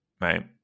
Right